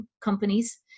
companies